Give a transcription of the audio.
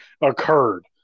occurred